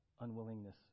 unwillingness